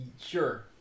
Sure